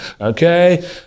okay